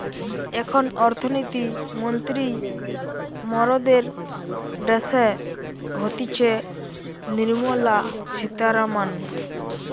এখন অর্থনীতি মন্ত্রী মরদের ড্যাসে হতিছে নির্মলা সীতারামান